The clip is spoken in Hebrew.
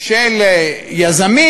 של יזמים,